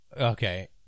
Okay